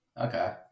Okay